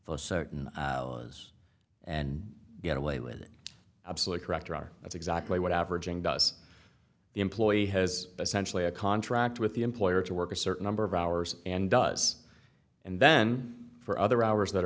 those certain and get away with it absolutely correct or are that's exactly what averaging does the employee has essentially a contract with the employer to work a certain number of hours and does and then for other hours that